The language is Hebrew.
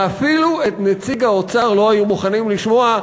ואפילו את נציג האוצר לא היו מוכנים לשמוע,